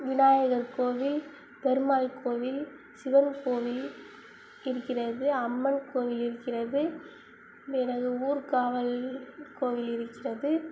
விநாயகர் கோவில் பெருமாள் கோவில் சிவன் கோவில் இருக்கிறது அம்மன் கோவில் இருக்கிறது பிறகு ஊர் காவல் கோவில் இருக்கிறது